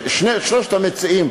שלושת המציעים,